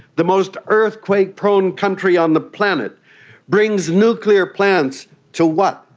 the most earthquake prone country on the planet brings nuclear plants to, what?